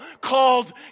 called